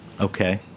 Okay